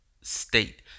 state